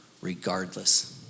regardless